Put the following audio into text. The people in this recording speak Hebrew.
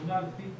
וגם מהיכרות עם